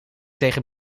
tegen